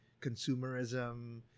consumerism